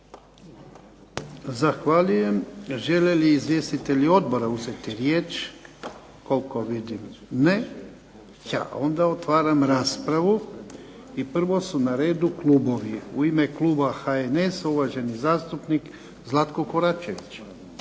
Zahvaljujem. Želi li izvjestitelji odbora uzeti riječ? Koliko vidim ne. Onda otvaram raspravu i prvo su na redu klubovi. U ime kluba HNS-a uvaženi zastupnik Zlatko Koračević.